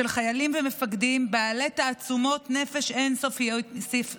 של חיילים ומפקדים בעלי תעצומות נפש אין-סופיות,